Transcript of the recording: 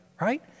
right